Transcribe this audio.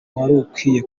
warukwiye